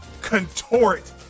contort